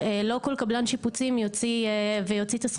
ולא כל קבלן שיפוצים יוציא את הסכומים